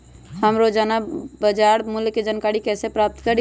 हम रोजाना बाजार मूल्य के जानकारी कईसे पता करी?